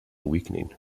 weakening